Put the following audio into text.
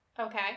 Okay